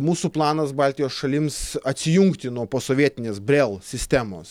mūsų planas baltijos šalims atsijungti nuo posovietinės brel sistemos